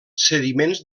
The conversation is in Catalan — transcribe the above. sediments